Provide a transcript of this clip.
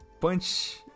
punch